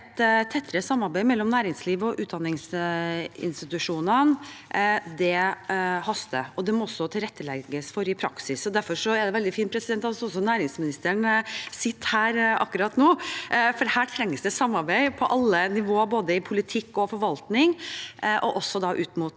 et tettere samarbeid mellom næringsliv og utdanningsinstitusjonene haster, og det må også tilrettelegges for det i praksis. Derfor er det veldig fint at også næringsministeren sitter i salen akkurat nå, for her trengs det samarbeid på alle nivåer, både i politikk og forvaltning og med næringslivet.